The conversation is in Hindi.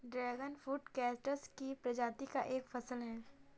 ड्रैगन फ्रूट कैक्टस की प्रजाति का एक फल है